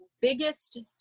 biggest